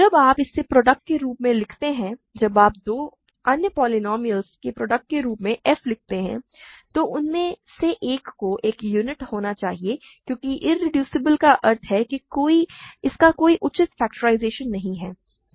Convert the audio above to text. जब आप इसे प्रॉडक्ट के रूप में लिखते हैं जब आप दो अन्य पॉलिनॉमियलस के प्रॉडक्ट के रूप में f लिखते हैं तो उनमें से एक को एक यूनिट होना चाहिए क्योंकि इरेड्यूसिबल का अर्थ है कि इसका कोई उचित फ़ैक्टराइज़ेशन नहीं है